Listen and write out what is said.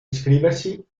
iscriversi